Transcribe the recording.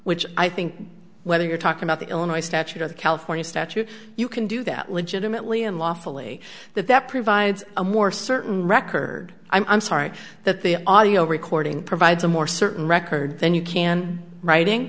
which i think whether you're talking about the illinois statute or the california statute you can do that legitimately and lawfully that that provides a more certain record i'm sorry that the audio recording provides a more certain record than you can writing